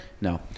No